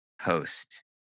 host